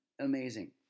Amazing